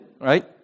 right